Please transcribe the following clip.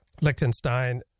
Liechtenstein